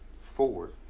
forward